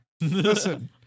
listen